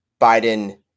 Biden